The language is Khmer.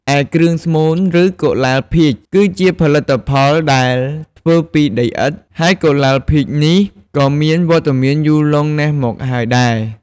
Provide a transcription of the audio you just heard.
ឯគ្រឿងស្មូន ឬកុលាលភាជន៍គឺជាផលិតផលដែលធ្វើពីដីឥដ្ឋ ហើយកុលាលភាជន៍នេះ ក៏មានប្រវត្តិយូរលង់ណាស់មកហើយដែរ។